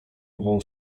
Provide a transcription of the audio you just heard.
ową